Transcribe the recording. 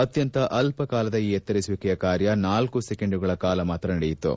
ಅತ್ಯಂತ ಅಲ್ಲ ಕಾಲದ ಈ ಎತ್ತರಿಸುವಿಕೆ ಕಾರ್ಯ ನಾಲ್ಲು ಸೆಕೆಂಡ್ಗಳ ಕಾಲ ಮಾತ್ರ ನಡೆಯಿತು